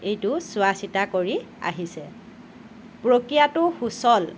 এইটো চোৱা চিতা কৰি আহিছে প্ৰক্ৰিয়াটো সুচল